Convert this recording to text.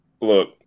look